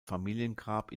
familiengrab